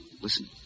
Listen